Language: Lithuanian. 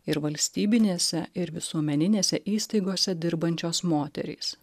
ir valstybinėse ir visuomeninėse įstaigose dirbančios moterys